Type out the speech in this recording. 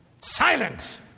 silence